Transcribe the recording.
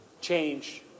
change